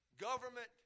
government